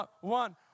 One